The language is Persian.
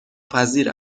پذیر